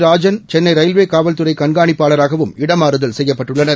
Rajan Chennai railway காவல்துறை கண்காணிப்பாளராகவும் இடமாறுதல் செய்யப்பட்டுள்ளனர்